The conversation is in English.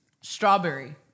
strawberry